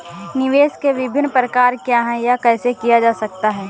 निवेश के विभिन्न प्रकार क्या हैं यह कैसे किया जा सकता है?